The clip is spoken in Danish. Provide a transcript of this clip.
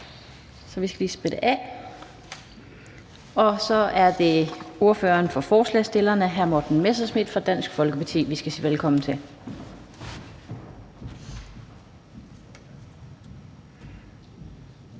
så der skal lige sprittes af. Og så er det ordføreren for forslagsstillerne, hr. Morten Messerschmidt fra Dansk Folkeparti, som vi skal sige velkommen til.